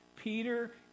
Peter